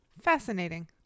Fascinating